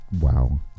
Wow